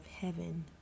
heaven